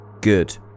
Good